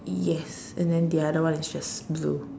yes and then the other one is just blue